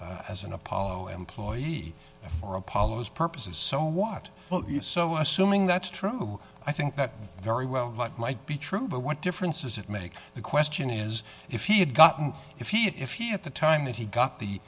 as an apollo employee for apollo his purposes so what are you so assuming that's true i think that very well might be true but what difference does it make the question is if he had gotten if he if he at the time that he got